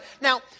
Now